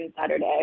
saturday